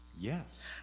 Yes